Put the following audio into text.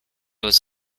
was